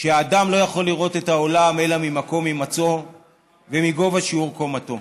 שהאדם לא יכול לראות את העולם אלא ממקום הימצאו ומגובה שיעור קומתו.